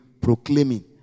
proclaiming